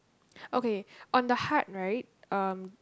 okay on the heart right um